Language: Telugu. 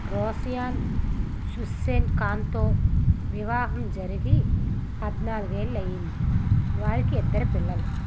రోషయాన్ సుస్సేన్ ఖాన్తో వివాహం జరిగి పద్నాలుగు ఏళ్ళు అయ్యింది వారికి ఇద్దరు పిల్లలు